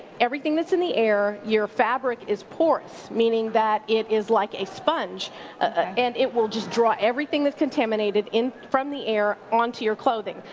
everything that's in the air, your fabric is porous, meaning that it is like a sponge and it will just draw everything that's contaminated in from the air onto your clothing.